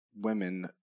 women